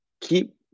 keep